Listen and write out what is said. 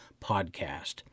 podcast